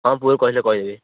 ହଁ କହିଲେ କହିବି